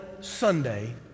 Sunday